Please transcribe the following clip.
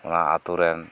ᱚᱱᱟ ᱟᱛᱳ ᱨᱮᱱ